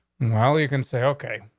well, you can say, ok,